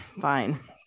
Fine